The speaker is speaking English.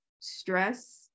stress